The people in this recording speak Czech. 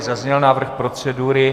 Zazněl návrh procedury.